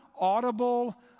audible